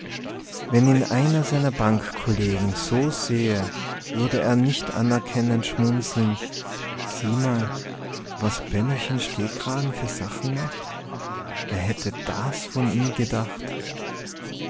wenn ihn einer seiner bankkollegen so sähe würde er nicht anerkennend schmunzeln sieh mal an was bennochen stehkragen für sachen macht wer hätte das von ihm gedacht